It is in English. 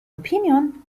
opinion